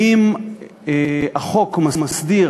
אם החוק מסדיר